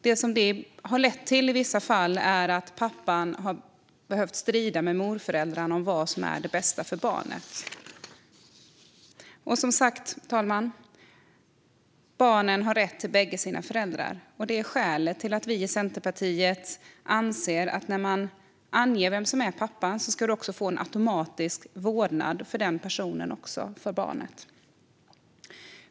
Det har i vissa fall lett till att pappan har behövt strida med morföräldrarna om vad som är det bästa för barnet. Fru talman! Barn har som sagt rätt till båda sina föräldrar. Det är skälet till att vi i Centerpartiet anser att när man har angett vem som är pappan ska han också automatiskt få vårdnaden av barnet.